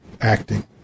acting